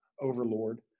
overlord